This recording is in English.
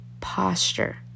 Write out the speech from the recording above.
posture